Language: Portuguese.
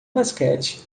basquete